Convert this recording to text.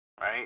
right